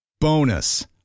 Bonus